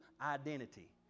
identity